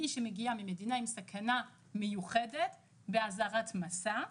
מי שמגיע ממדינה עם סכנה מיוחדת באזהרת מסע חמורה,